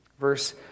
verse